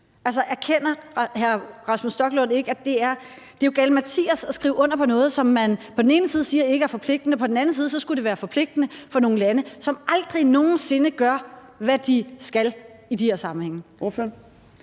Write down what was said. erkender hr. Rasmus Stoklund ikke, at det er galimatias at skrive under på noget, som man på den ene side siger ikke er forpligtende, og på den anden side skulle det være forpligtende for nogle lande, som aldrig nogen sinde gør, hvad de skal i de her sammenhænge?